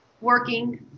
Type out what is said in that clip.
working